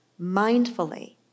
mindfully